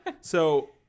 So-